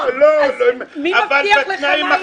אז מי מבטיח לך מה יהיה.